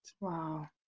Wow